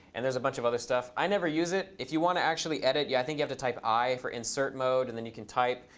and there's a bunch of other stuff. i never use it. if you want to actually edit, i think have to type i for insert mode. and then you can type.